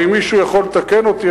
ואם מישהו יכול לתקן אותי,